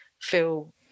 feel